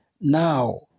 Now